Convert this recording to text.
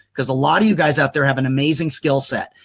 because a lot of you guys out there have an amazing skillset.